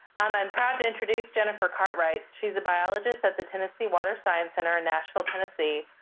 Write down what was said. um i'm proud to introduce jennifer cartwright. she's a biologist at the tennessee water science center in nashville, tennessee.